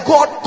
God